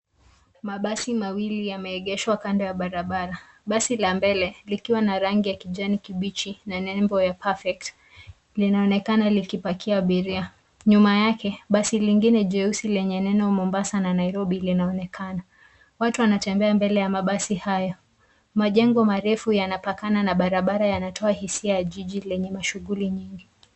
Mabasi mawili yameegeshwa kando ya barabara. Basi la mbele likiwa na rangi ya kijani kibichi na nembo ya Perfect , linaonekana likipakia abiria. Nyuma yake, basi lingine jeusi lenye neno Mombasa na Nairobi linaonekana. Watu wanatembea mbele ya mabasi haya. Majengo marefu yanapakana na barabara yanatoa hisia ya jiji lenye shughuli nyingi.